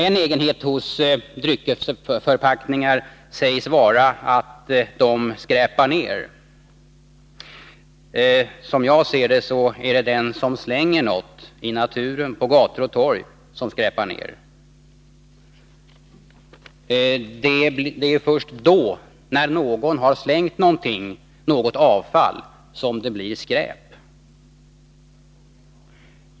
En egenhet hos dryckesförpackningar sägs vara att de skräpar ned. Som jag ser det är det den som slänger något i naturen, på gator och torg som skräpar ned. Det är först då, när någon har slängt något avfall, som det blir skräp.